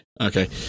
okay